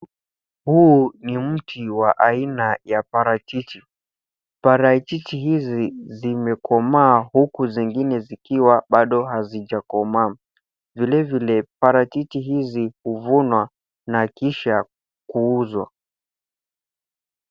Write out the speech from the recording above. Huu ni mti wa aina ya parachichi. Parachichi hizi zimekomaa huku zingine zikiwa bado hazijakomaa. Vilevile parachichi hizi huvunwa na kisha kuuzwa.